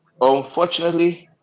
Unfortunately